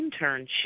internship